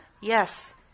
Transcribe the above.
Yes